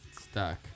stuck